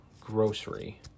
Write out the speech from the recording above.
grocery